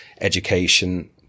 education